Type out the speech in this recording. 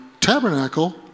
tabernacle